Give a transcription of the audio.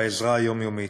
בעזרה היומיומית.